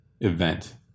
event